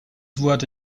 wurde